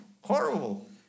horrible